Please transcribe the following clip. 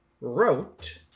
wrote